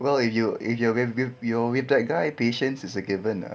well if you if you're with your with that guy patience is a given ah